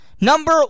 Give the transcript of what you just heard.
Number